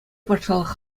патшалӑх